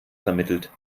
vermittelt